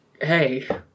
hey